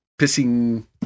pissing